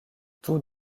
tous